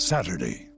Saturday